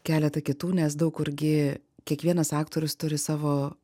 keletą kitų nes daug kur gi kiekvienas aktorius turi savo